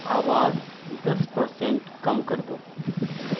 آواز دس percent کم کر دو